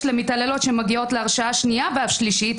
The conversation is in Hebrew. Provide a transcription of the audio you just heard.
למתעללות שמגיעות להרשעה שנייה ושלישית,